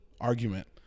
argument